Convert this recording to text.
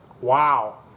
Wow